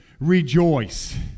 rejoice